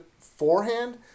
forehand